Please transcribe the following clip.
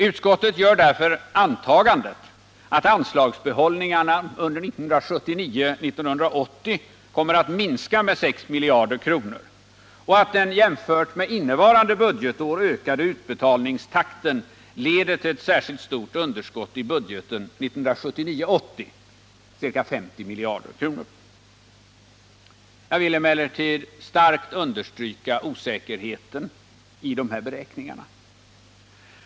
Utskottet gör därför antagandet att anslagsbehållningarna under 1979 80 — ca 50 miljarder kronor. Jag vill emellertid starkt understryka osäkerheten i dessa beräkningar.